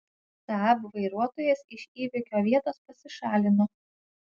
saab vairuotojas iš įvykio vietos pasišalino